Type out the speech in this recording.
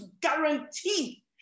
guarantee